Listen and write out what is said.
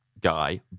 guy